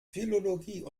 philologie